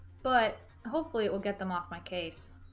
but hopefully it will get them off my case